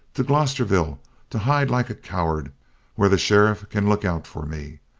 to glosterville to hide like a coward where the sheriff can look out for me.